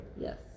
Yes